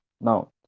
now